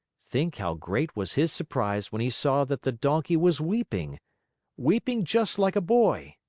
think how great was his surprise when he saw that the donkey was weeping weeping just like a boy!